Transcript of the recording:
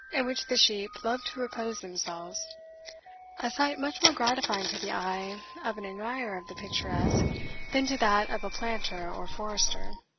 in which the sheep love to repose themselves a sight much more gratifying to the eye of an admirer of the picturesque than to that of a planter or forester.